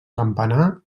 campanar